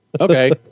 Okay